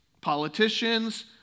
politicians